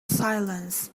silence